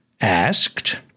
Asked